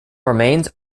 remains